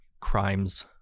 crimes